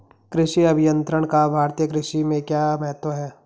कृषि अभियंत्रण का भारतीय कृषि में क्या महत्व है?